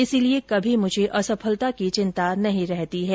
इसलिए कभी मुझे असफलता की चिंता नहीं रहती है